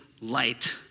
light